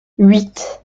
huit